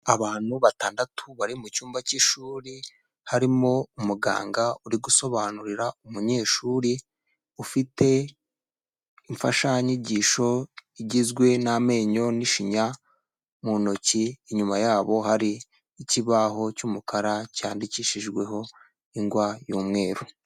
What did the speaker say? Abantu batandatu bari mu cyumba cy'ishuri harimo umuganga uri gusobanurira umunyeshuri ufite imfashanyigisho igizwe n'amenyo n'ishinya mu ntoki, inyuma yabo hari ikibaho cy'umukara cyandikishijweho ingwa y'umweru.